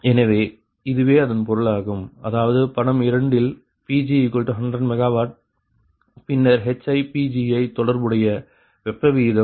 எனவே இதுவே அதன் பொருளாகும் அதாவது படம் 2 இல் Pg100 MW பின்னர் HiPgi தொடர்புடைய வெப்ப வீதம் 0